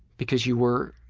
because you were